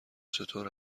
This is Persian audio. چطور